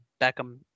Beckham